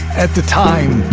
at the time,